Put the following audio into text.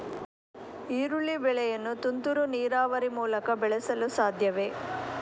ಈರುಳ್ಳಿ ಬೆಳೆಯನ್ನು ತುಂತುರು ನೀರಾವರಿ ಮೂಲಕ ಬೆಳೆಸಲು ಸಾಧ್ಯವೇ?